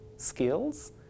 skills